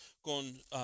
con